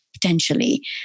potentially